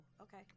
okay